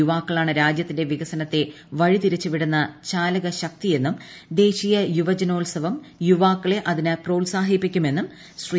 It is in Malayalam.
യുവാക്കളാണ് രാജൃത്തിന്റെ വികസനത്തെ വഴിതിരിച്ചു വിടുന്ന ചാലകശക്തിയെന്നും ദേശീയ യുവജനോത്സവം യുവാക്കളെ അതിന് പ്രോത്സാഹിപ്പിക്കുമെന്നും ശ്രീ